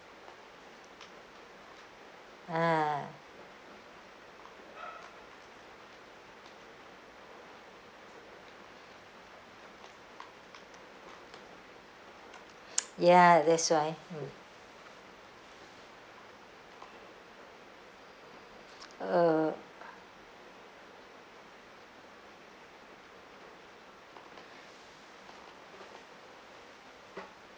ah ya that's why uh